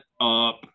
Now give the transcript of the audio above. up